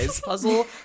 puzzle